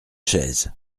chaise